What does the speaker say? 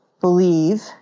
believe